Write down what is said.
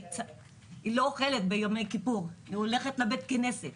היא לא אוכלת ביום כיפור והיא הולכת לבית כנסת